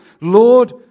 Lord